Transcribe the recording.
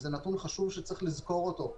זה נתון חשוב וצריך לזכור אותו.